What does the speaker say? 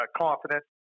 confidence